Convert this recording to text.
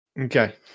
Okay